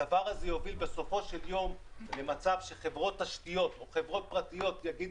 הדבר הזה יוביל בסופו של יום למצב שחברות תשתיות או חברות פרטיות יגידו: